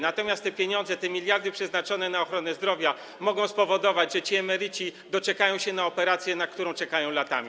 Natomiast pieniądze, te miliardy przeznaczone na ochronę zdrowia mogą spowodować, że ci emeryci doczekają operacji, na którą czekają latami.